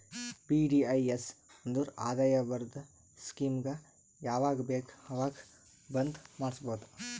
VDIS ಅಂದುರ್ ಆದಾಯ ಬರದ್ ಸ್ಕೀಮಗ ಯಾವಾಗ ಬೇಕ ಅವಾಗ್ ಬಂದ್ ಮಾಡುಸ್ಬೋದು